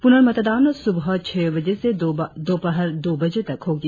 पुनर्मतदान सुबह छह बजे से दोपहर दो बजे तक होगी